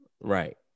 Right